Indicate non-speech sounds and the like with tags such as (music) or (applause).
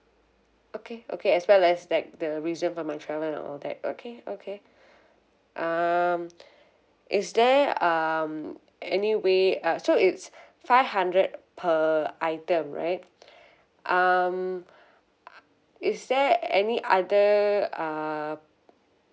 okay okay as well as like the reason for my travel and all that okay okay (breath) um (breath) is there um any way uh so it's five hundred per item right (breath) um (noise) is there any other uh